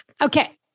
okay